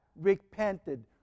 repented